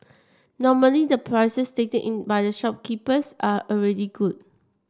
normally the prices stated in by the shopkeepers are already good